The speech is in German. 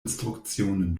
instruktionen